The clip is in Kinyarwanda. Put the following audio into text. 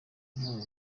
intwaro